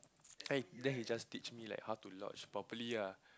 then then he just teach me like how to lodge properly ah